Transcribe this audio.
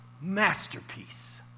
masterpiece